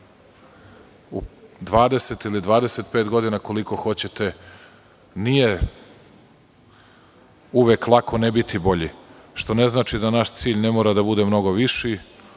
u 20 ili 25 godina, koliko hoćete, nije uvek lako ne biti bolji. Što ne znači da naš cilj ne mora da bude mnogo viši,